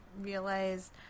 realize